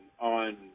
on